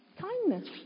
Kindness